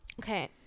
okay